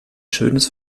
schönes